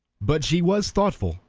but she was thoughtful,